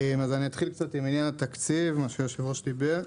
אני אתחיל עם עניין התקציב עליו יושב הראש דיבר.